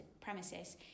premises